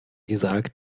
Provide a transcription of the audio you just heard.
gesagt